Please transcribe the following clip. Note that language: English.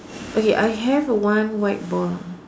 okay I have a one white ball